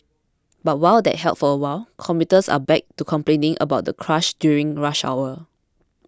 but while that helped for a while commuters are back to complaining about the crush during rush hour